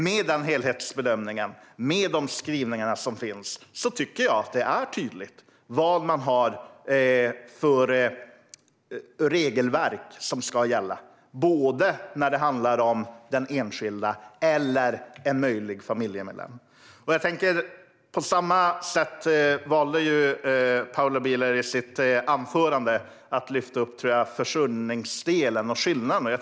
Med den helhetsbedömningen och de skrivningar som finns tycker jag att det är tydligt vilka regelverk som ska gälla när det handlar om både den enskilda och en möjlig familjemedlem. På samma sätt valde Paula Bieler i sitt anförande att lyfta upp försörjningsdelen och skillnaden.